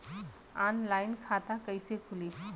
Online खाता कइसे खुली?